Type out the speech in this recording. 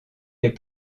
les